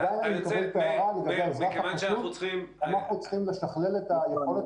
עדיין אני מקבל את ההערה לגבי האזרח הפשוט שאנחנו צריכים לשכלל את היכולת